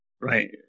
right